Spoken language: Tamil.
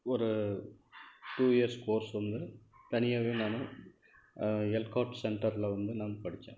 ஒரு டூ இயர்ஸ் கோர்ஸ் ஒன்று தனியாகவே நான் எல்காட் சென்டரில் வந்து நான் படித்தேன்